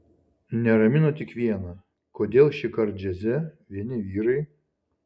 neramino tik viena kodėl šįkart džiaze vieni vyrai